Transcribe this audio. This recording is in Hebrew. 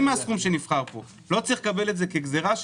מהסכום שננקב כאן ולא צריך לקבל את זה כגזירה.